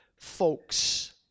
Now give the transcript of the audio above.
folks